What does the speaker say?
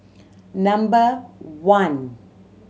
number one